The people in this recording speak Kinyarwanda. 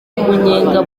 umunyenga